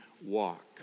Walk